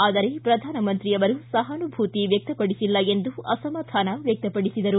ಆದರೆ ಪ್ರಧಾನಮಂತ್ರಿಯವರು ಸಹಾನುಭೂತಿ ವ್ಯಕ್ತಪಡಿಸಿಲ್ಲ ಎಂದು ಅಸಮಾಧಾನ ವ್ವಕ್ತಪಡಿಸಿದರು